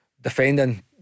defending